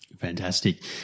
Fantastic